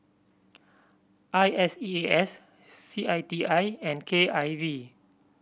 I S E A S C I T I and K I V